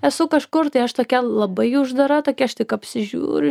esu kažkur tai aš tokia labai uždara tokia aš tik apsižiūriu